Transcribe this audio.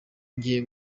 ngiye